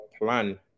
plan